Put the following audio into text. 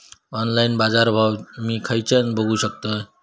Online बाजारभाव मी खेच्यान बघू शकतय?